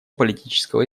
политического